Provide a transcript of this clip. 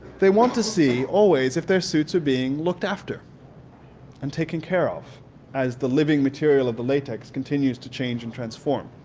they want to see always if their suits are being looked after and taken care of as the living material of the latex continues to change and transform.